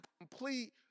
complete